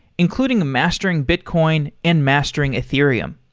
including mastering bitcoin and mastering ethereum.